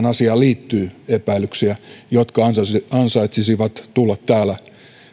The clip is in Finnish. asiaan liittyy epäilyksiä jotka ansaitsisivat ansaitsisivat tulla täällä